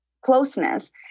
closeness